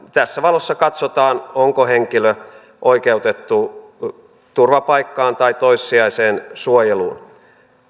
tässä valossa katsotaan onko henkilö oikeutettu turvapaikkaan tai toissijaiseen suojeluun